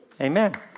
Amen